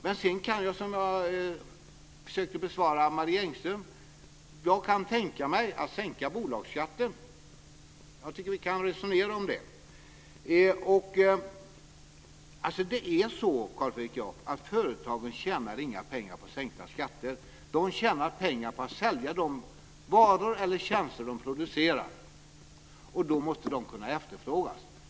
Men sedan kan jag, som jag sade till Marie Engström, tänka mig att sänka bolagsskatten. Jag tycker att vi kan resonera om det. Det är så, Carl Fredrik Graf, att företagen tjänar inga pengar på sänkta skatter. De tjänar pengar på att sälja de varor eller tjänster som de producerar, och då måste de kunna efterfrågas.